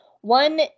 One